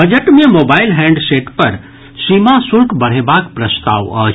budget मे mobile handset पर सीमा शुल्क बढ़ेबाक प्रस्ताव अछि